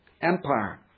Empire